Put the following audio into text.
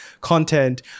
content